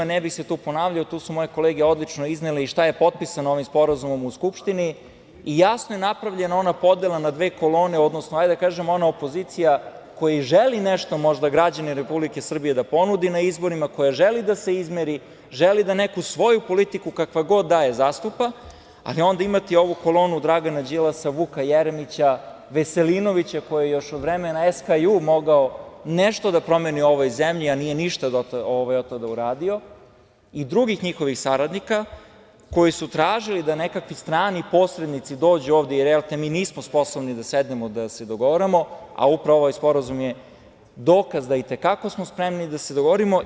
Ne bih se tu ponavljao, tu su moje kolege odlično iznele i šta je potpisano ovim sporazumom u Skupštini i jasno je napravljena ona podela na dve kolone, odnosno, hajde da kažem, ona opozicija koja želi možda građanima Republike Srbije da ponudi na izborima, koja želi da se izmeri, želi da neku svoju politiku, kakva god da je, zastupa, ali onda imate i ovu kolonu Dragana Đilasa, Vuka Jeremića, Veselinovića, koji je još od vremena SKJ mogao nešto da promeni u ovoj zemlji, a nije ništa od tada uradio, i drugih njihovih saradnika koji su tražili da nekakvi strani posrednici dođu ovde, jer mi nismo sposobni da sednemo da se dogovaramo, a upravo ovaj sporazum je dokaz da smo i te kako spremni da se dogovorimo.